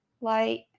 light